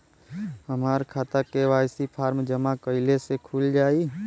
हमार खाता KYC form जमा कइले से खुल जाई?